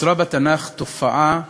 נוצרה תופעה מעניינת.